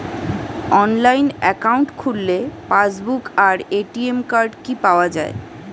Online account খুললে passbook আর ATM card কি পাওয়া যায়?